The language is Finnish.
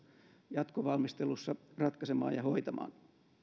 jatkovalmistelussa ratkaisemaan ja hoitamaan